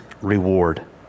reward